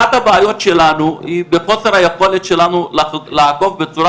אחת הבעיות שלנו היא חוסר היכולת שלנו לעקוב בצורה